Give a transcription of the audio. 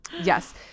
yes